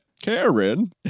Karen